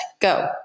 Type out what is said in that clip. go